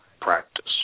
practice